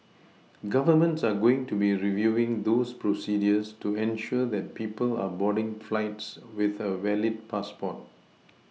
Governments are going to be reviewing those procedures to ensure that people are boarding flights with a valid passport